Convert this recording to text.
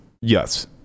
Yes